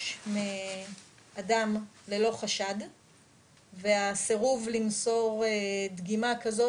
מאדם ללא חשד והסירוב למסור דגימה כזאת,